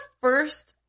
first